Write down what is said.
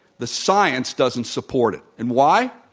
the science doesn't support it. and why?